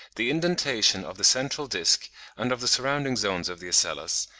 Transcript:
the indentation of the central disc and of the surrounding zones of the ocellus,